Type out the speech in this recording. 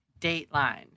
dateline